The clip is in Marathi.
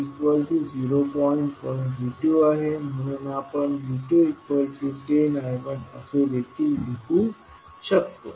1V2 आहे म्हणून आपण V210I1 असे देखील लिहू शकतो